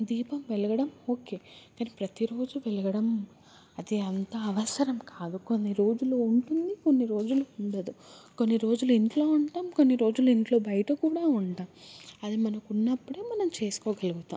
దీపం వెలగడం ఓకే కానీ ప్రతి రోజు వెలగడం అది అంత అవసరం కాదు కొన్ని రోజులు ఉంటుంది కొన్ని రోజులు ఉండదు కొన్ని రోజులు ఇంట్లో ఉంటాం కొన్ని రోజులు ఇంట్లో బయట కూడా ఉంటాం అది మనకు ఉన్నపుడే మనం చేసుకోగలుగుతాం